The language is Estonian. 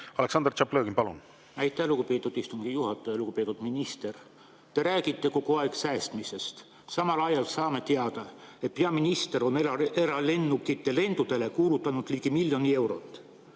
Aleksandr Tšaplõgin, palun! Aitäh, lugupeetud istungi juhataja! Lugupeetud minister! Te räägite kogu aeg säästmisest. Samal ajal saame teada, et peaminister on eralennukitega lendamisele kulutanud ligi miljon eurot